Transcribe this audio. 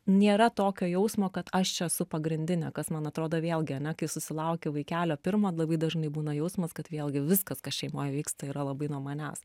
nėra tokio jausmo kad aš čia esu pagrindinė kas man atrodo vėlgi ane kai susilauki vaikelio pirmo labai dažnai būna jausmas kad vėlgi viskas kas šeimoj vyksta yra labai nuo manęs